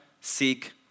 seek